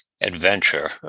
adventure